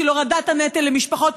בשביל הורדת הנטל למשפחות,